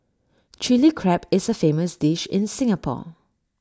Chilli Crab is A famous dish in Singapore